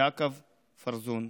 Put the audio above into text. יעקב פורזון.